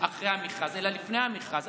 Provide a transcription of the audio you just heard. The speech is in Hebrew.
אחרי המכרז אלא לפני המכרז.